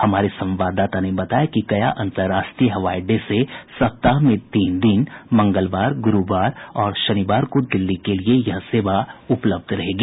हमारे संवाददाता ने बताया कि गया अंतर्राष्ट्रीय हवाई अड्डे से सप्ताह में तीन दिन मंगलवार गुरुवार और शनिवार को दिल्ली के लिये यह सेवा उपलब्ध रहेगी